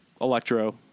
Electro